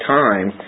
time